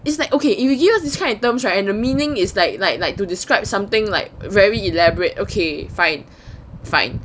is like okay if you use this kind of terms right and the meaning is like like like to describe something like very elaborate okay fine fine